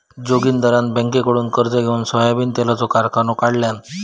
जोगिंदरान बँककडुन कर्ज घेउन सोयाबीन तेलाचो कारखानो काढल्यान